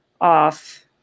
off